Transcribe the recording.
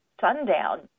sundown